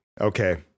Okay